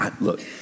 Look